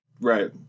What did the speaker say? Right